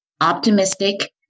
optimistic